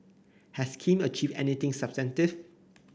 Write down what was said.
has Kim achieved anything substantive